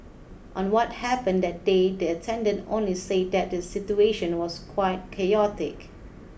on what happened that day the attendant only say that the situation was quite chaotic